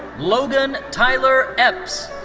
logan tyler epps.